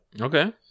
Okay